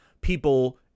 people